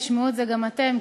תשמעו את זה גם אתם,